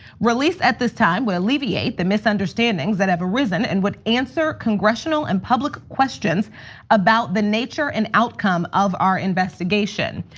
release at this time would alleviate the misunderstandings that have arisen and would answer congressional and public questions about the nature and outcome of our investigation.